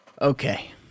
Okay